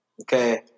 okay